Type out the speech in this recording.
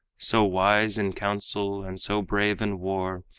so wise in counsel and so brave in war,